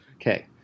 Okay